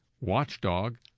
watchdog